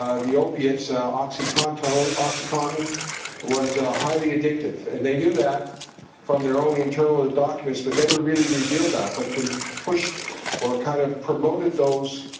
the opiates oxycontin oxycontin was highly addictive and they knew that from their own internal ah documents but never really revealed that but pushed or, kind of, promoted those